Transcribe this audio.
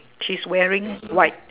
she's wearing white